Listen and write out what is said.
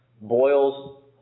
boils